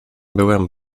byłem